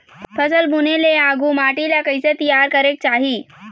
फसल बुने ले आघु माटी ला कइसे तियार करेक चाही?